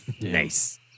Nice